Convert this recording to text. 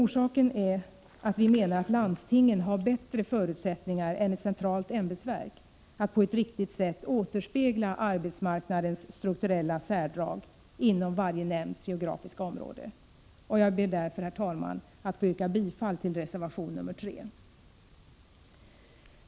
Orsaken är att vi menar att landstingen har bättre förutsättningar än ett centralt ämbetsverk att på ett riktigt sätt återspegla arbetsmarknadens 153 strukturella särdrag inom varje nämnds geografiska område. Jag ber därför, herr talman, att få yrka bifall till reservation nr 3.